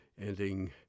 ending